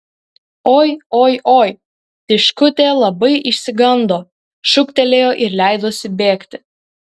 oi oi oi tiškutė labai išsigando šūktelėjo ir leidosi bėgti